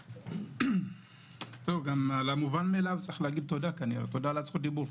כמובן מאליו צריך לומר תודה על זכות הדיבור.